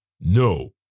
No